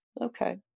Okay